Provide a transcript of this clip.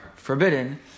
forbidden